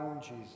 Jesus